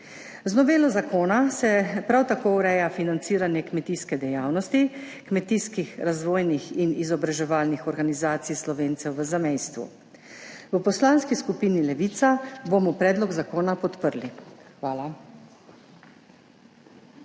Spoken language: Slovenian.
Z novelo zakona se prav tako ureja financiranje kmetijske dejavnosti, kmetijskih, razvojnih in izobraževalnih organizacij Slovencev v zamejstvu. V Poslanski skupini Levica bomo predlog zakona podprli. Hvala.